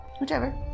Whichever